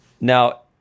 Now